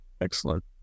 Excellent